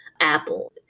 Apple